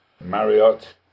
Marriott